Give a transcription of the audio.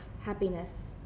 happiness